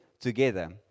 together